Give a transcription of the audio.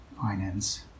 finance